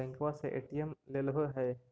बैंकवा से ए.टी.एम लेलहो है?